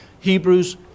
Hebrews